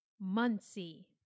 Muncie